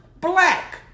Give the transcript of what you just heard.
black